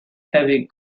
heavy